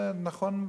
זה נכון.